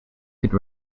could